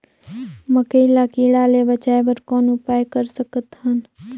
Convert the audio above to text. मकई ल कीड़ा ले बचाय बर कौन उपाय कर सकत हन?